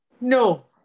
No